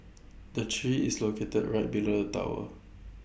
the tree is located right below the tower